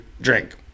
drink